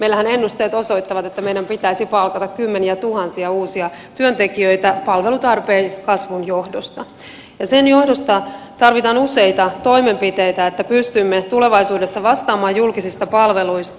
meillähän ennusteet osoittavat että meidän pitäisi palkata kymmeniätuhansia uusia työntekijöitä palvelutarpeen kasvun johdosta ja sen johdosta tarvitaan useita toimenpiteitä että pystymme tulevaisuudessa vastaamaan julkisista palveluista